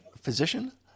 physician